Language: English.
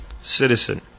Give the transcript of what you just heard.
citizen